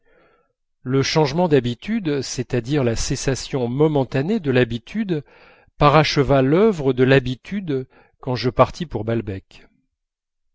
le changement d'habitude c'est-à-dire la cessation momentanée de l'habitude paracheva l'œuvre de l'habitude quand je partis pour balbec